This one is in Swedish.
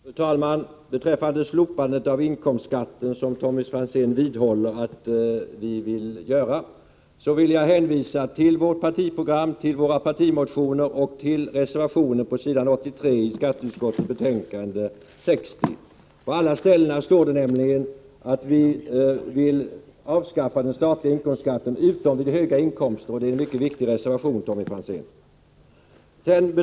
Fru talman! Beträffande slopandet av inkomstskatten, som Tommy Franzén vidhåller att vi vill genomföra, hänvisar jag till vårt partiprogram, till våra partimotioner och till vår reservation på s. 83 i skatteutskottets betänkande 60. På alla dessa ställen står det nämligen att vi vill avskaffa den statliga inkomstskatten utom vid höga inkomster. Det är en mycket viktig reservation, Tommy Franzén!